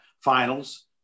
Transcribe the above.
finals